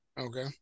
Okay